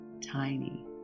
tiny